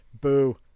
Boo